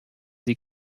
sie